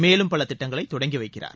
மேலும் பல திட்டங்களை தொடங்கி வைக்கிறார்